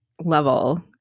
level